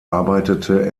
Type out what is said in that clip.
arbeitete